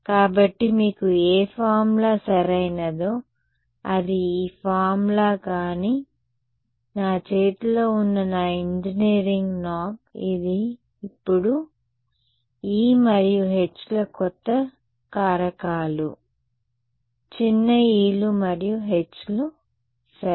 కాబట్టి మీకు ఏ ఫార్ములా సరైనదో అది ఈ ఫార్ములా కానీ నా చేతిలో ఉన్న నా ఇంజనీరింగ్ నాబ్ ఇది ఇప్పుడు e మరియు h ల కొత్త కారకాలు చిన్న e లు మరియు h లు సరే